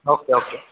okay okay